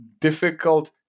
difficult